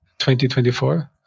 2024